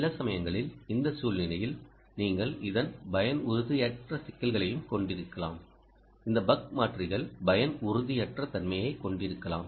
சில சமயங்களில் இந்த சூழ்நிலையில் நீங்கள் இதன் பயனுறுதியற்ற சிக்கல்களையும் கொண்டிருக்கலாம் இந்த பக் மாற்றிகள் பயனுறுதியற்ற தன்மையை கொண்டிருக்கலாம்